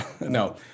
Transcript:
No